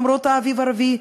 למרות האביב הערבי,